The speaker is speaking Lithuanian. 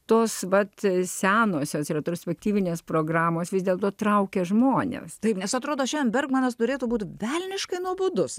tos pat senosios retrospektyvinės programos vis dėlto traukia žmones taip nes atrodo šiam bergmanas turėtų būti velniškai nuobodus